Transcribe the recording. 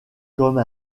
comme